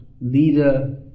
leader